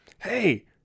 Hey